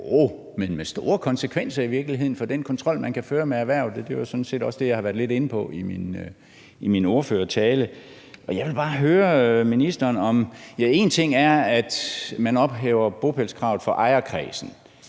joh, men med store konsekvenser i virkeligheden for den kontrol, man kan føre med erhvervet. Det er sådan set også det, jeg har været lidt inde på i min ordførertale. Jeg vil bare høre ministeren: En ting er, at man ophæver bopælskravet for ejerkredsen,